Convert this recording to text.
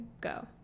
go